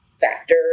factor